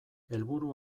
helburu